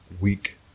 week